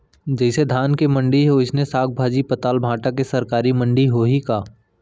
जइसे धान के मंडी हे, वइसने साग, भाजी, पताल, भाटा के सरकारी मंडी होही का?